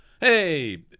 Hey